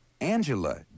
Angela